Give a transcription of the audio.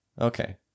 Okay